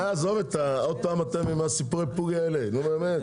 עזוב, עוד פעם אתם עם הסיפורי פוגי האלה, נו באמת?